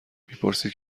میپرسید